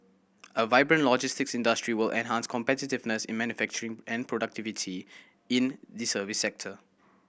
a vibrant logistics industry will enhance competitiveness in manufacturing and productivity in the service sector